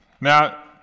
Now